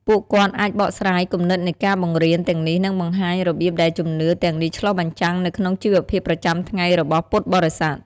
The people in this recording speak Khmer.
ពួកគាត់អាចបកស្រាយ គំនិតនៃការបង្រៀន ទាំងនេះ និងបង្ហាញ របៀបដែលជំនឿទាំងនេះឆ្លុះបញ្ចាំងនៅក្នុងជីវភាពប្រចាំថ្ងៃ របស់ពុទ្ធបរិស័ទ។